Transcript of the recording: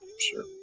Sure